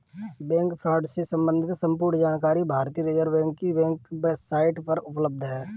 bank fraud से सम्बंधित संपूर्ण जानकारी भारतीय रिज़र्व बैंक की वेब साईट पर उपलब्ध है